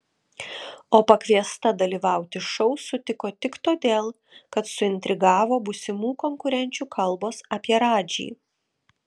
o pakviesta dalyvauti šou sutiko tik todėl kad suintrigavo būsimų konkurenčių kalbos apie radžį